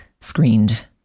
screened